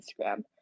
instagram